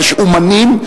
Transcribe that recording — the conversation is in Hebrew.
יש אמנים,